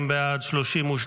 40 בעד, 32 נגד.